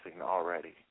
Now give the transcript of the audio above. already